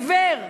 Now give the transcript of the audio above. עיוור,